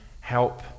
help